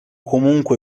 comunque